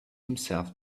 himself